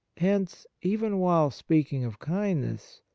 hence, even while speaking of kindness,